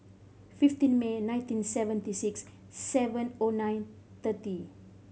fifteen May nineteen seventy six seven O nine thirty